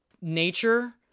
nature